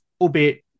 albeit